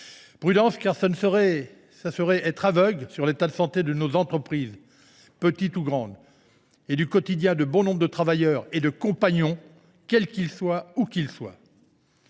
s’inquiéter serait être aveugle à l’état de santé de nos entreprises, petites ou grandes, et au quotidien de bon nombre de travailleurs et de compagnons, quels qu’ils soient, où qu’ils soient.